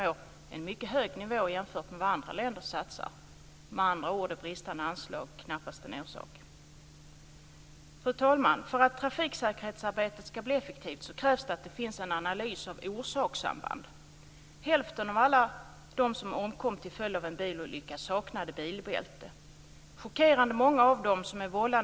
Vi är alltså helt eniga med de norska utvärderarna. Det blir nu spännande att se vad Vägverket ska göra. Hur kommer man att förändra sina prioriteringar och sitt arbetssätt? Det är också intressant att se att regeringen delar vårt synsätt. Två av punkterna i 11 punktsprogrammet handlar just om vägar.